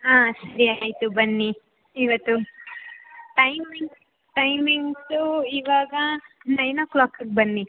ಹಾಂ ಸರಿ ಆಯಿತು ಬನ್ನಿ ಇವತ್ತು ಟೈಮಿಂಗ್ಸ್ ಟೈಮಿಂಗ್ಸು ಇವಾಗ ನೈನ್ ಒ ಕ್ಲಾಕಗೆ ಬನ್ನಿ